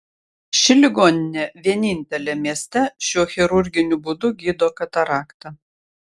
ši ligoninė vienintelė mieste šiuo chirurginiu būdu gydo kataraktą